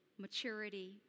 maturity